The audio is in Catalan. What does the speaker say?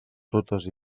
totes